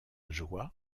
joie